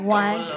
one